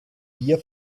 beer